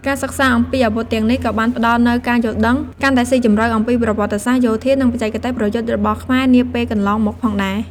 ការសិក្សាអំពីអាវុធទាំងនេះក៏បានផ្តល់នូវការយល់ដឹងកាន់តែស៊ីជម្រៅអំពីប្រវត្តិសាស្ត្រយោធា និងបច្ចេកទេសប្រយុទ្ធរបស់ខ្មែរនាពេលកន្លងមកផងដែរ។